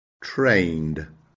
trained